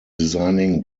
designing